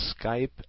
Skype